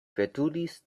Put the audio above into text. veturis